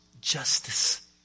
justice